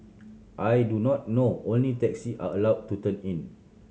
I do not know only taxis are allow to turn in